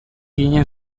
ginen